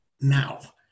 now